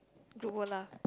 group work lah